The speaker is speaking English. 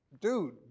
dude